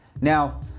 Now